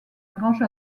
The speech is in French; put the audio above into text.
grange